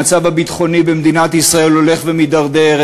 המצב הביטחוני במדינת ישראל הולך ומידרדר,